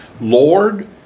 Lord